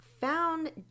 found